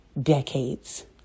decades